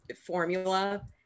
formula